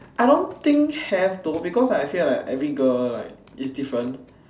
I don't think have though because like I said like every girl like is different